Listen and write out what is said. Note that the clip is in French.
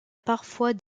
parfois